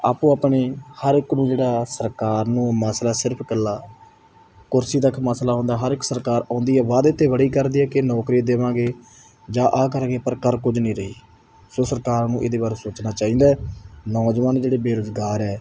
ਆਪੋ ਆਪਣੇ ਹਰ ਇੱਕ ਨੂੰ ਜਿਹੜਾ ਸਰਕਾਰ ਨੂੰ ਮਸਲਾ ਸਿਰਫ ਇਕੱਲਾ ਕੁਰਸੀ ਤੱਕ ਮਸਲਾ ਹੁੰਦਾ ਹਰ ਇੱਕ ਸਰਕਾਰ ਆਉਂਦੀ ਹੈ ਵਾਅਦੇ ਤਾਂ ਬੜੀ ਕਰਦੀ ਹੈ ਕਿ ਨੌਕਰੀ ਦੇਵਾਂਗੇ ਜਾਂ ਆਹ ਕਰਾਂਗੇ ਪਰ ਕਰ ਕੁਝ ਨਹੀਂ ਰਹੀ ਸੋ ਸਰਕਾਰ ਨੂੰ ਇਹਦੇ ਬਾਰੇ ਸੋਚਣਾ ਚਾਹੀਦਾ ਨੌਜਵਾਨ ਜਿਹੜੇ ਬੇਰੁਜ਼ਗਾਰ ਹੈ